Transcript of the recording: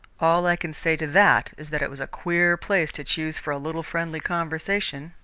all i can say to that is that it was a queer place to choose for a little friendly conversation,